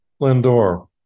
Lindor